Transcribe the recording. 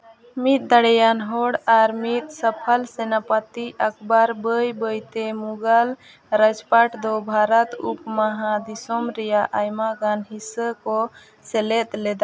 ᱢᱤᱫ ᱫᱟᱲᱮᱭᱟᱱ ᱦᱚᱲ ᱟᱨ ᱢᱤᱫ ᱥᱚᱯᱷᱚᱞ ᱥᱮᱱᱟᱯᱚᱛᱤ ᱟᱠᱵᱟᱨ ᱵᱟᱹᱭ ᱵᱟᱹᱭ ᱛᱮ ᱢᱩᱜᱟᱹᱞ ᱨᱟᱡᱽᱯᱟᱴ ᱫᱚ ᱵᱷᱟᱨᱚᱛ ᱩᱯᱢᱚᱦᱟ ᱫᱤᱥᱚᱢ ᱨᱮᱭᱟᱜ ᱟᱭᱢᱟ ᱜᱟᱱ ᱦᱤᱥᱟᱹ ᱠᱚ ᱥᱮᱞᱮᱫ ᱞᱮᱫᱟ